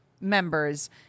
members